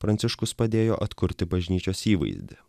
pranciškus padėjo atkurti bažnyčios įvaizdį